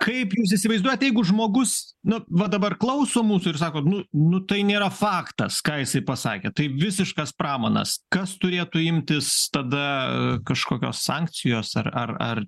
kaip jūs įsivaizduojat jeigu žmogus nu va dabar klauso mūsų ir sako nu nu tai nėra faktas ką jisai pasakė tai visiškas pramanas kas turėtų imtis tada kažkokios sankcijos ar ar ar